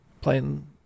playing